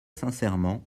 sincèrement